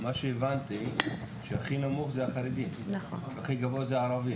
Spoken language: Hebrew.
מה שהבנתי זה שהכי נמוך אלה החרדים והכי גבוה אלה הערבים.